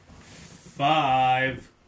five